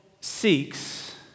seeks